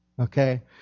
Okay